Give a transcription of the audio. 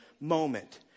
moment